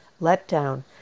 letdown